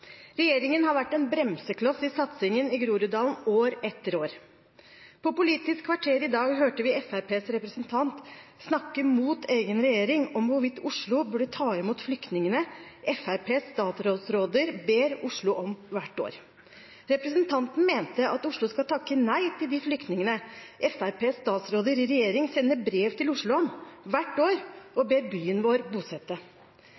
Regjeringen har vært en bremsekloss i satsingen i Groruddalen år etter år. På Politisk kvarter i dag hørte vi Fremskrittspartiets representant snakke mot egen regjering om hvorvidt Oslo burde ta imot flyktningene Fremskrittspartiets statsråder ber Oslo om hvert år. Representanten mente at Oslo skal takke nei til de flyktningene. Fremskrittspartiets statsråder i regjering sender brev til Oslo om hvert år